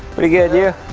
pretty good, you?